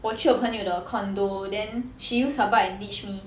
我去我朋友的 condo then she used her bike and teach me